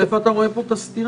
איפה אתה רואה את הסתירה?